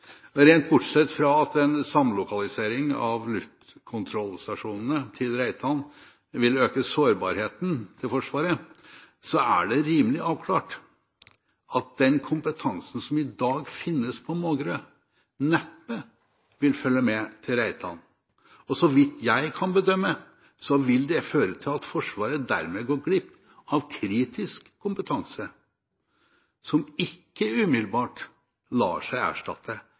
Rent bortsett fra at en samlokalisering av luftkontrollstasjonene til Reitan vil øke sårbarheten til Forsvaret, er det rimelig avklart at den kompetansen som i dag finnes på Mågerø, neppe vil følge med til Reitan. Så vidt jeg kan bedømme, vil det føre til at Forsvaret dermed går glipp av kritisk kompetanse som ikke umiddelbart lar seg erstatte,